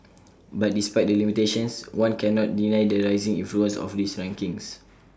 but despite the limitations one cannot deny the rising influence of these rankings